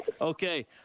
Okay